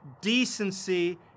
decency